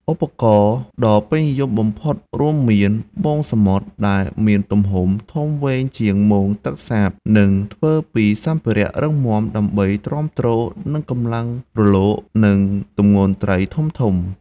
ឧបករណ៍ដ៏ពេញនិយមបំផុតរួមមាន មងសមុទ្រ ដែលមានទំហំធំវែងជាងមងទឹកសាប និងធ្វើពីសម្ភារៈរឹងមាំដើម្បីទ្រាំទ្រនឹងកម្លាំងរលក និងទម្ងន់ត្រីធំៗ។